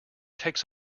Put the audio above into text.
takes